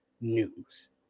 News